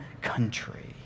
country